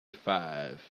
five